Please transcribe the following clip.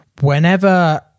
whenever